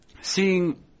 seeing